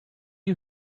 you